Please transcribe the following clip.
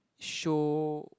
show